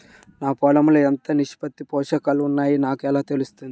నా పొలం లో ఎంత నిష్పత్తిలో పోషకాలు వున్నాయో నాకు ఎలా తెలుస్తుంది?